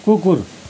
कुकुर